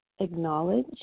acknowledge